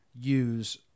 use